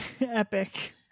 epic